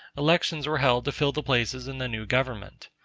elections were held to fill the places in the new government.